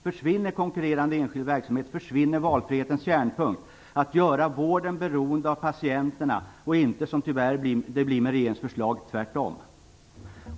Försvinner konkurrerande enskild verksamhet, då försvinner valfrihetens kärnpunkt: att göra vården beroende av patienterna och inte tvärtom, som det tyvärr blir med regeringens förslag.